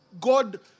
God